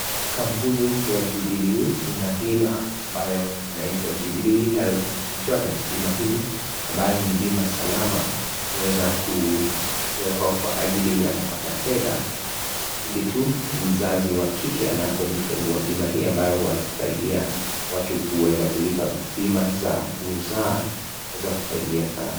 Kampuni ya Jubilee ina bima ambayo inaitwa Jubilee Health Insurance . Bima hii ni bima salama inayowekwa ili kupata fedha pindi tu mwanamke anapojifungua. Bima hii huwasaidia katika kulipia malipo ya kujifungua hospitalini .